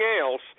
else